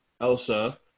Elsa